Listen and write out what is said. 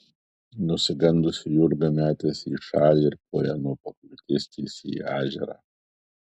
nusigandusi jurga metėsi į šalį ir puolė nuo pakriūtės tiesiai į ežerą